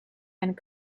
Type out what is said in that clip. and